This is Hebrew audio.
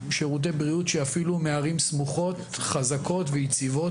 שירותי בריאות שאפילו מערים סמוכות חזקות ויציבות,